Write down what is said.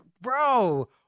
bro